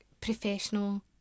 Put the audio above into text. professional